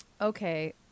okay